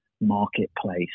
marketplace